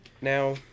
Now